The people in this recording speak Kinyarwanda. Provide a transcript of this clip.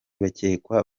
bakekwa